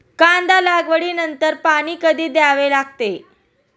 कांदा लागवडी नंतर पाणी कधी द्यावे लागते?